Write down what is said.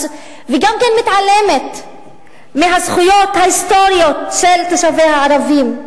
וגם מתעלמת מהזכויות ההיסטוריות של תושביה הערבים.